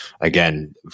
again